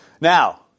Now